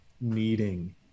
needing